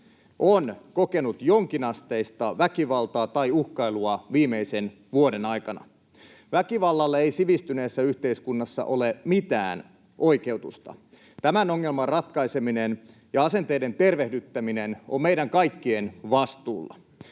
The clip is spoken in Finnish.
on kokenut jonkinasteista väkivaltaa tai uhkailua viimeisen vuoden aikana. Väkivallalla ei sivistyneessä yhteiskunnassa ole mitään oikeutusta. Tämän ongelman ratkaiseminen ja asenteiden tervehdyttäminen on meidän kaikkien vastuulla.